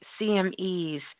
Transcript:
CMEs